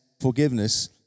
forgiveness